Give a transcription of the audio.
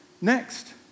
next